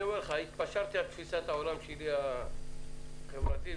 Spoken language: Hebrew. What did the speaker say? התפשרתי על תפיסת העולם החברתית שלי,